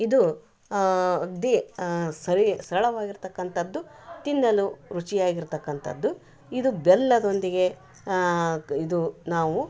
ಇದು ದಿ ಸವಿ ಸರಳವಾಗಿರ್ತಕ್ಕಂಥದ್ದು ತಿನ್ನಲು ರುಚಿಯಾಗಿರ್ತಕ್ಕಂಥದ್ದು ಇದು ಬೆಲ್ಲದೊಂದಿಗೆ ಇದು ನಾವು